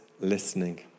listening